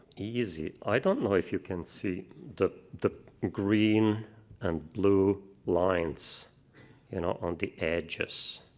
easy. i don't know if you can see the the green and blue lines you know on the edges.